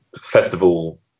festival